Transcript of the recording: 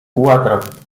cuatro